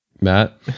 Matt